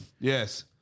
yes